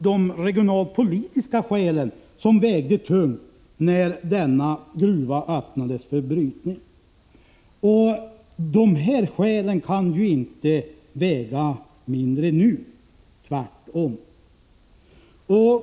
De regionalpolitiska skälen vägde tungt när denna gruva öppnades för brytning, och dessa skäl kan inte väga mindre nu — tvärtom.